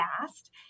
fast